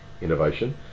innovation